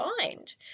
find